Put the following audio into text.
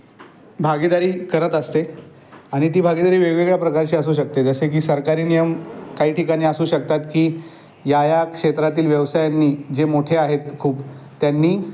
भागीदारी करत असते आणि ती भागिदारी वेगवेगळ्या प्रकारची असू शकते जसे की सरकारी नियम काही ठिकाणी असू शकतात की या या क्षेत्रातील व्यवसायांनी जे मोठे आहेत खूप त्यांनी